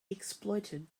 exploited